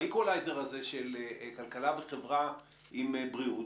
באיקוולייזר הזה של כלכלה וחברה עם בריאות,